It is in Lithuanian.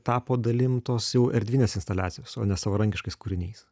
tapo dalim tos jau erdvinės instaliacijos o ne savarankiškais kūriniais